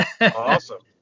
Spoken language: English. Awesome